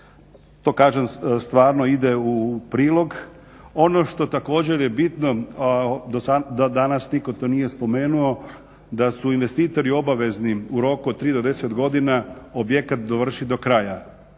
To kažem stvarno ide u prilog. Ono što također je bitno, a do danas nitko to nije spomenuo, da su investitori obavezni u roku od 3 do 10 godina objekat dovršiti do kraja.